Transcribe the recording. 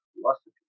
philosophy